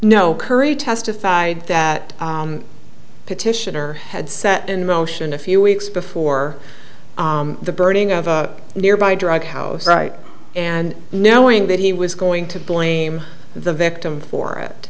no currie testified that petitioner had set in motion a few weeks before the burning of a nearby drug house right and knowing that he was going to blame the victim for it